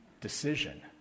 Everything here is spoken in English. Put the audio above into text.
decision